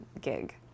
gig